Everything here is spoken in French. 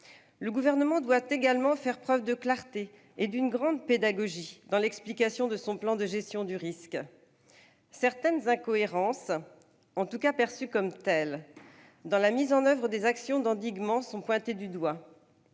Le Gouvernement doit également faire preuve de clarté et d'une grande pédagogie dans l'explication de son plan de gestion du risque. Certaines incohérences, au moins certaines décisions perçues comme telles, dans la mise en oeuvre des actions d'endiguement sont pointées du doigt